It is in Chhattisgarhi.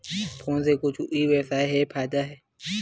फोन से कुछु ई व्यवसाय हे फ़ायदा होथे?